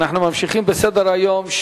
אנחנו ממשיכים בסדר-היום.